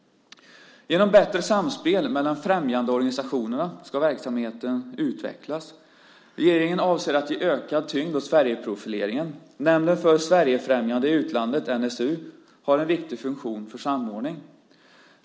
Genom bättre samspel mellan främjandeorganisationerna ska verksamheten utvecklas. Regeringen avser att ge ökad tyngd åt Sverigeprofileringen. Nämnden för Sverigefrämjande i utlandet, NSU, har en viktig funktion för samordning.